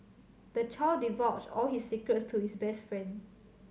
the child divulged all his secrets to his best friend